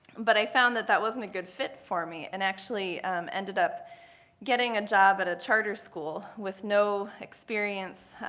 but i found that that wasn't a good fit for me and actually ended up getting a job at a charter school with no experience,